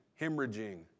hemorrhaging